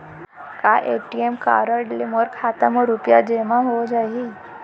का ATM card ले मोर खाता म रुपिया जेमा हो जाही?